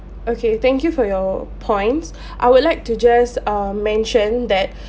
okay thank you for your points I would like to just um mention that